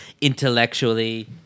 intellectually